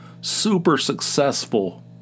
super-successful